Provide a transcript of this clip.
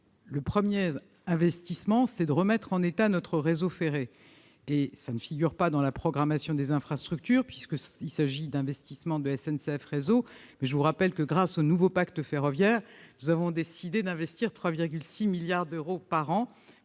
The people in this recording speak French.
Le premier vise à remettre notre réseau ferré en état. Cela ne figure pas dans la programmation des infrastructures, puisqu'il s'agit d'investissements de SNCF Réseau. Mais, je le rappelle, grâce au nouveau pacte ferroviaire, nous avons décidé d'investir 3,6 milliards d'euros par an